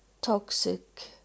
toxic